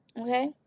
Okay